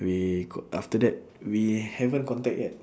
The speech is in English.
we co~ after that we haven't contact yet